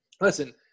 Listen